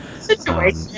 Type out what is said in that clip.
Situation